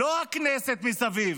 לא הכנסת מסביב.